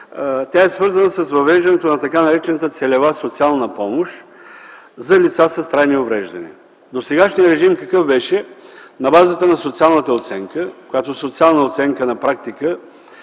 Тя е свързана с въвеждането на така наречената целева социална помощ за лица с трайни увреждания. Досегашният режим какъв беше? На базата на социалната оценка, която на практика